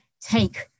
take